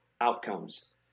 outcomes